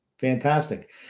Fantastic